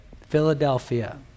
Philadelphia